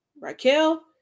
raquel